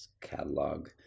catalog